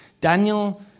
Daniel